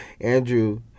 Andrew